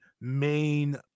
main